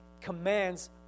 commands